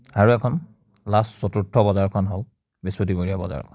আৰু এখন লাষ্ট চতুৰ্থ বজাৰখন হ'ল বৃহস্পতিবৰীয়া বজাৰখন